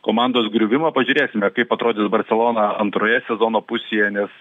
komandos griuvimą pažiūrėsime kaip atrodys barselona antroje sezono pusėje nes